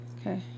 Okay